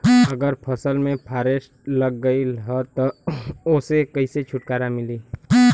अगर फसल में फारेस्ट लगल रही त ओस कइसे छूटकारा मिली?